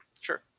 Sure